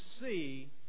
see